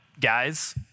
guys